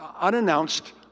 unannounced